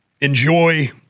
enjoy